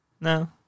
No